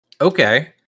okay